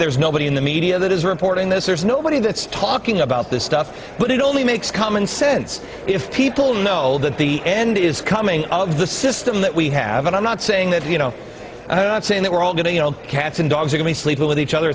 there's nobody in the media that is reporting this there's nobody that's talking about this stuff but it only makes common sense if people know that the end is coming out of the system that we have and i'm not saying that you know and i'm saying that we're all going to you know cats and dogs are going to sleep with each other